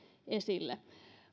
esille